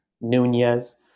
Nunez